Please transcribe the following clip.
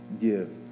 give